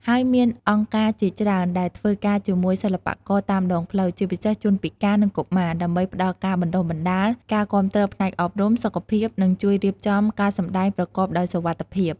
ហើយមានអង្គការជាច្រើនដែលធ្វើការជាមួយសិល្បករតាមដងផ្លូវ ជាពិសេសជនពិការ និងកុមារ ដើម្បីផ្តល់ការបណ្តុះបណ្តាល ការគាំទ្រផ្នែកអប់រំ សុខភាព និងជួយរៀបចំការសម្ដែងប្រកបដោយសុវត្ថិភាព។